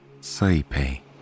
sleepy